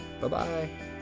Bye-bye